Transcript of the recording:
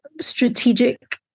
strategic